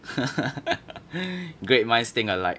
great minds think alike